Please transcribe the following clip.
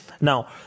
Now